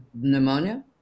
pneumonia